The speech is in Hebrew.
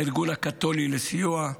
הארגון הקתולי לסיוע,